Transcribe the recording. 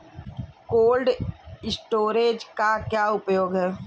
Cold storage का क्या उपयोग है?